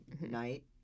night